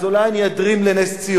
אז אולי אני אדרים לנס-ציונה,